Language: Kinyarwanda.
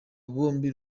bombi